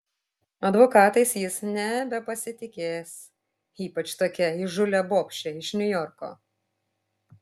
advokatais jis nebepasitikės ypač tokia įžūlia bobše iš niujorko